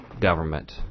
government